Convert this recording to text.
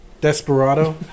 Desperado